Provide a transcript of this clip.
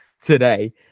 today